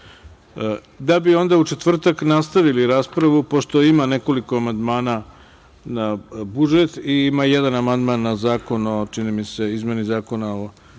da bi onda u četvrtak nastavili raspravu, pošto ima nekoliko amandmana na budžet i ima jedan amandman čini mi se na izmene Zakona o